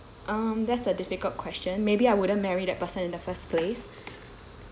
um that's a difficult question maybe I wouldn't marry that person in the first place